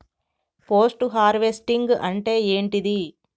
Post harvesting అంటే ఏంటిది?